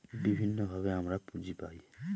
বিভিন্নভাবে আমরা পুঁজি পায়